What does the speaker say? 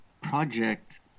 project